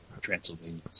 Transylvania